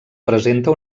presenta